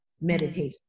meditation